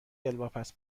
دلواپس